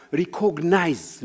recognize